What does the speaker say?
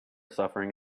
suffering